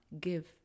give